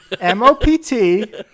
M-O-P-T